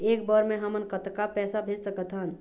एक बर मे हमन कतका पैसा भेज सकत हन?